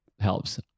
helps